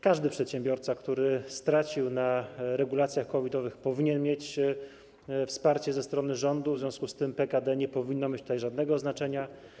Każdy przedsiębiorca, który stracił na regulacjach COVID-owych, powinien mieć wsparcie ze strony rządu, w związku z tym PKD nie powinno mieć tutaj żadnego znaczenia.